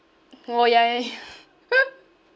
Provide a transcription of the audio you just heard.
orh ya ya ya